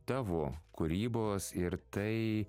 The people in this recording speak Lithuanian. tavo kūrybos ir tai